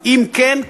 אם כן,